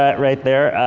ah right there.